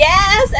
Yes